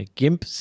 gimp